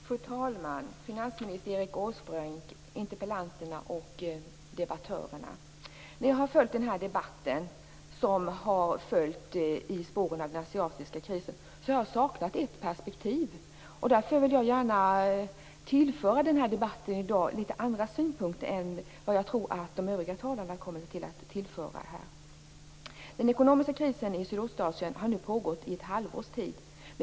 Fru talman! Finansminister Erik Åsbrink! Interpellanter och debattörer! När jag har tagit del av den debatt som har följt i spåren av den asiatiska krisen har jag saknat ett perspektiv. Därför vill jag gärna tillföra dagens debatt litet andra synpunkter än dem som jag tror att de övriga talarna kommer att tillföra. Den ekonomiska krisen i Sydostasien har nu pågått i ett halvårs tid.